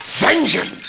Vengeance